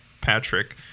Patrick